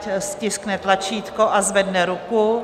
Ať stiskne tlačítko a zvedne ruku.